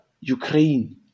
Ukraine